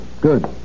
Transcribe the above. good